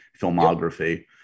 filmography